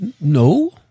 No